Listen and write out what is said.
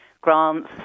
grants